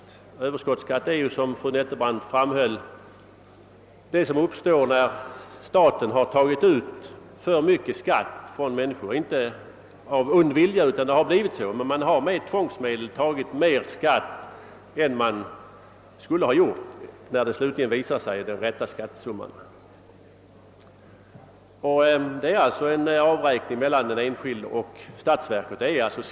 Och överskottsskatt är, som fru Nettelbrandt framhöll, det som uppstår när staten med tvångsmedel tagit ut för mycket skatt från människor. Man har inte gjort det av ond vilja, utan det har bara blivit så. När den slutgiltiga skattesumman räknas fram blir det alltså fråga om en avräkning av skattemedel mellan den enskilde och statsverket.